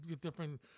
different